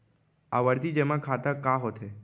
आवर्ती जेमा खाता का होथे?